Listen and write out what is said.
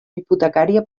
hipotecària